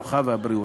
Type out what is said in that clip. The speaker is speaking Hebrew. הרווחה והבריאות.